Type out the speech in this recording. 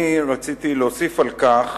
אני רציתי להוסיף על כך